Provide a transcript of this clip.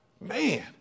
Man